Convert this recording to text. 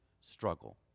struggle